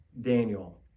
Daniel